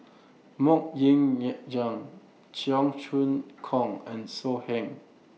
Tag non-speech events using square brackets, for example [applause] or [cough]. Mok Ying [unintelligible] Jang Cheong Choong Kong and So Heng